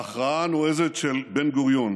ההכרעה הנועזת של בן-גוריון